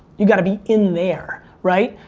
you gotta be in there right?